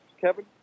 Kevin